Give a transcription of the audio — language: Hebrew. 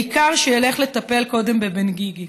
העיקר שילך לטפל קודם בבן גיגי.